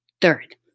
Third